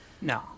no